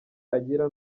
agira